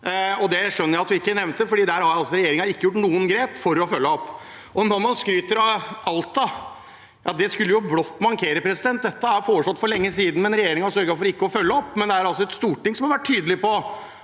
Det skjønner jeg at hun ikke nevnte, for der har regjeringen altså ikke tatt noen grep for å følge det opp. At man skryter av Alta, skulle blott mankere. Dette er foreslått for lenge siden, men regjeringen sørget for ikke å følge opp. Det er altså et storting som har vært tydelig på